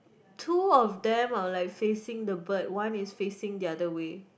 two of them are like facing the bird one is facing the other way